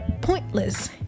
pointless